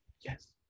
Yes